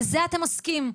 בזה אתם עוסקים,